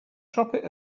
tropic